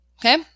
okay